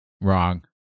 Wrong